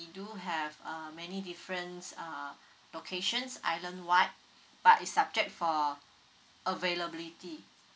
do have uh many different uh locations island wide but is subject for availability